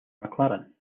mclaren